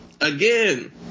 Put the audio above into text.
Again